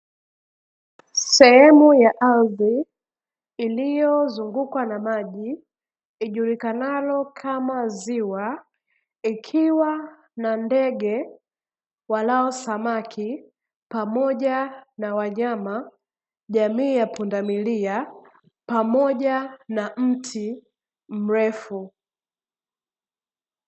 Sehemu ya ardhi iliyozungukwa na maji ijulikanayo kama ziwa ikiwa na ndege walao samaki, pamoja na wanyama jamii ya pundamilia, pamoja na mti mrefu.